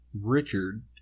Richard